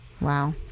Wow